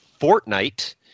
Fortnite